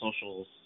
socials